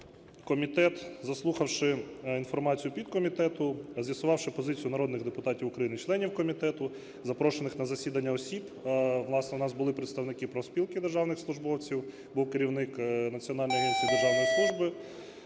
комітет, заслухавши інформацію підкомітету, з'ясувавши позицію народних депутатів України членів комітету, запрошених на засідання осіб, власне, у нас були представники Профспілки державних службовців, був керівник Національного агентства державної служби